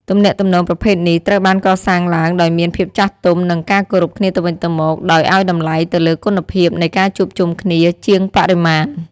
ទំនាក់ទំនងប្រភេទនេះត្រូវបានកសាងឡើងដោយមានភាពចាស់ទុំ និងការគោរពគ្នាទៅវិញទៅមក ដោយឱ្យតម្លៃទៅលើគុណភាពនៃការជួបជុំគ្នាជាងបរិមាណ។